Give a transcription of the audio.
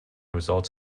results